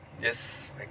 Yes